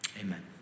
amen